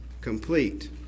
complete